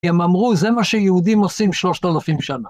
כי הם אמרו, זה מה שיהודים עושים שלושת אלפים שנה.